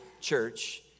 Church